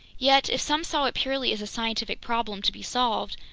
yet if some saw it purely as a scientific problem to be solved,